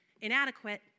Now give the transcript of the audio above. inadequate